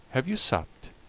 have you supped?